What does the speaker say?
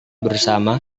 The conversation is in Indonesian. bersama